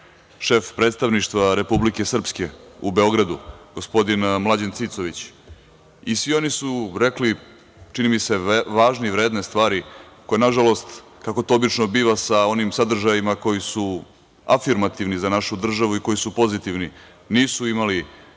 šef predstavništva Republike Srpske u Beogradu, gospodin Mlađen Cicović i svi oni su rekli, čini mi se, važne i vredne stvari koje nažalost, kako to obično biva sa onim sadržajima koji su afirmativni za našu državu i koji su pozitivni, nisu dobili